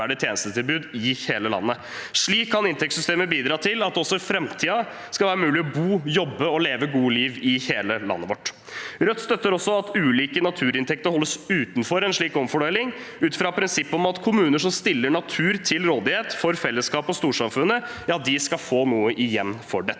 Slik kan inntektssystemet bidra til at det også i framtiden skal være mulig å bo, jobbe og leve et godt liv i hele landet vårt. Rødt støtter også at ulike naturinntekter holdes utenfor en slik omfordeling, ut fra prinsippet om at kommuner som stiller natur til rådighet for fellesskapet og storsamfunnet, skal få noe igjen for dette.